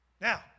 Now